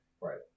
Right